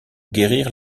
guérir